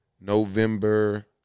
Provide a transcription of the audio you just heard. November